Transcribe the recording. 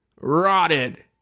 rotted